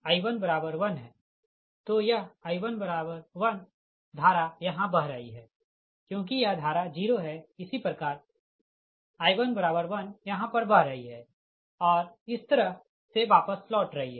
तो यह I11धारा यहाँ बह रही है क्योंकि यह धारा 0 है इसी प्रकार I11 यहाँ पर बह रही है और इस तरह से वापस लौट रही है